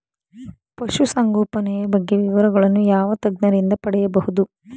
ಪಶುಸಂಗೋಪನೆಯ ಬಗ್ಗೆ ವಿವರಗಳನ್ನು ಯಾವ ತಜ್ಞರಿಂದ ಪಡೆಯಬಹುದು?